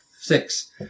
six